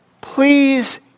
Please